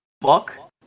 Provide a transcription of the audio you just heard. fuck